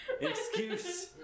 Excuse